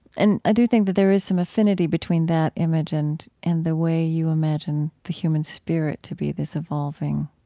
and i do think that there is some affinity between that image and and the way you imagine the human spirit to be this evolving